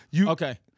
okay